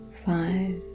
Five